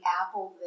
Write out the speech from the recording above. apple